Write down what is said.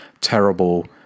terrible